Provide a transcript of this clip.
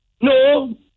No